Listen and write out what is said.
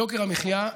יוקר המחיה,